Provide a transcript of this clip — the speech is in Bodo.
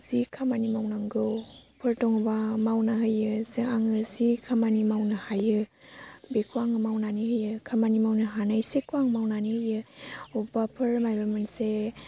जि खामानि मावनांगौफोर दङबा मावना होयो जा आङो जि खामानि मावनो हायो बेखौ आङो मावनानै होयो खामानि मावनासैखौ आं मावनानै होयो बबावबाफोर मोनसे